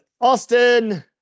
Austin